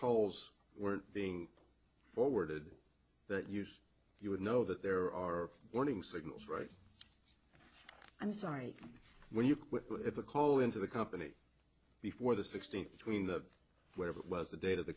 calls were being forwarded that use you would know that there are warning signals right i'm sorry when you have a call into the company before the sixteenth between the whatever it was the date of the